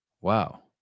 Wow